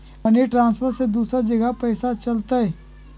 Money transfer से दूसरा जगह पईसा चलतई?